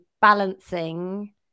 balancing